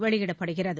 வெளியிடப்படுகிறது